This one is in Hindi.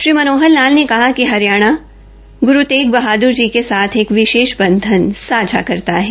श्री मनोहर लाल ने कहा कि हरियाणा ग्रु तेग बहाद्र जी के साथ एक विशेष बंधन सांझा करता है